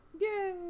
Yay